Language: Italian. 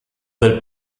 del